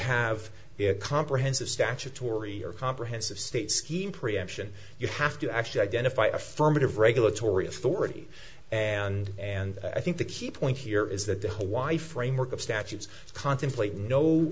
a comprehensive statutory or comprehensive state scheme preemption you have to actually identify affirmative regulatory authority and and i think the key point here is that the hawaii framework of statutes contemplate no